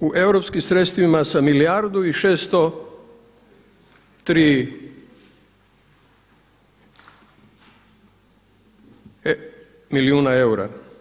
u europskim sredstvima sa 1 milijardu i 603 milijuna eura.